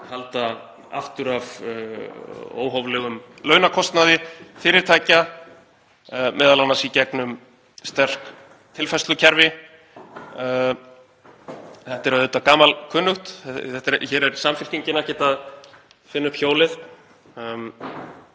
halda aftur af óhóflegum launakostnaði fyrirtækja, m.a. í gegnum sterk tilfærslukerfi. Þetta er auðvitað gamalkunnugt. Hér er Samfylkingin ekki að finna upp hjólið.